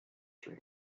dream